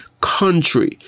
country